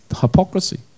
hypocrisy